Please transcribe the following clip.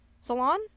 Salon